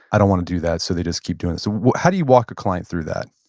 i don't want to do that. so, they just keep doing it. so, how do you walk a client through that?